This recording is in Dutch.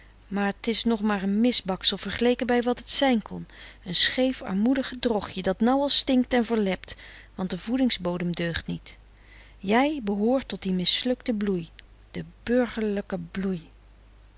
maar t is nog maar een misbaksel vergeleken bij wat t zijn kon een scheef armoedig gedrochtje dat nou al stinkt en verlept want de voedingsbodem deugt niet jij behoort tot die mislukte bloei de burgerlijke bloei